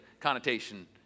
connotation